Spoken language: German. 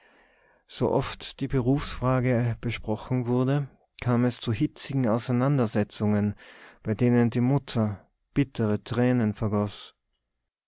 so oft die berufsfrage besprochen wurde kam es zu hitzigen auseinandersetzungen bei denen die mutter bittere tränen vergoß